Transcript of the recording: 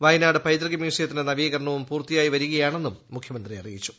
വയനാട് പൈതൃക മ്യൂസിയത്തിന്റെ നവീകരണവും പൂർത്തിയായി വരികയാണെന്നും മുഖ്യമന്ത്രി അറി യിച്ചു